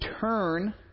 turn